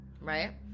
Right